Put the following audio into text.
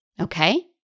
Okay